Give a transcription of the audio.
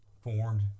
formed